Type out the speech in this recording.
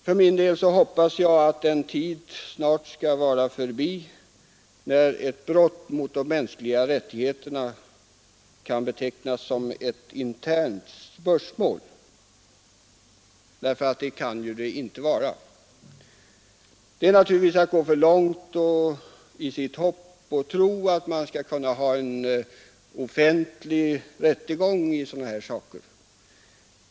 För min del hoppas jag att den tid snart skall vara förbi när ett brott mot de mänskliga rättigheterna kan betecknas som ett internt spörsmål, därför att det kan det inte vara. Naturligtvis är det att gå för långt i sitt hopp och sin tro att det skall kunna bli offentlig rättegång i sådana här saker.